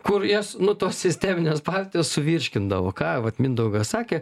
kur jas nu tos sisteminės partijos suvirškindavo ką vat mindaugas sakė